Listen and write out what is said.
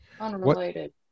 Unrelated